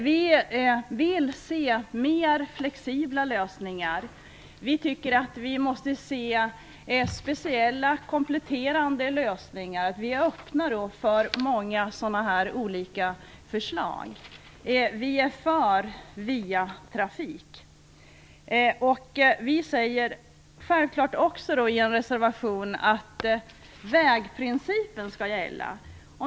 Vi vill se mer flexibla lösningar och också speciella, kompletterande lösningar. Vi är öppna för många olika förslag. Vi är för s.k. via-trafik. Vi säger i en reservation att den s.k. vägprisprincipen skall gälla.